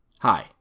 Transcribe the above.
Hi